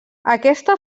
aquesta